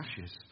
ashes